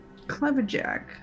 Cleverjack